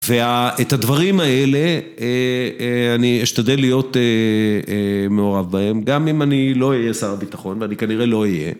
ואת הדברים האלה אני אשתדל להיות מעורב בהם גם אם אני לא אהיה שר הביטחון ואני כנראה לא אהיה